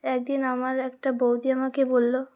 একদিন আমার একটা বৌদি আমাকে বললো